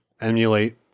emulate